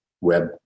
web